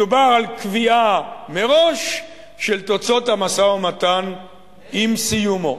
מדובר על קביעה מראש של תוצאות המשא-ומתן עם סיומו.